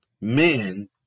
men